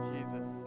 Jesus